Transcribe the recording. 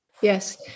Yes